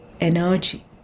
energy